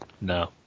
no